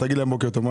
תגיד להם בוקר טוב.